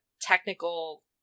technical